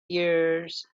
years